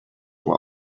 what